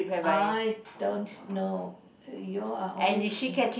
I don't know you all are always